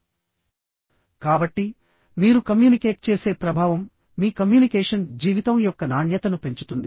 కాబట్టి మీరు కమ్యూనికేట్ చేసే ప్రభావం మీ కమ్యూనికేషన్ జీవితం యొక్క నాణ్యతను పెంచుతుంది